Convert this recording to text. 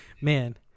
man